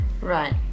Right